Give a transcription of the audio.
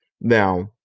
Now